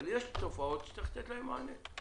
אבל יש תופעות שצריך לתת להן מענה.